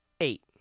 Eight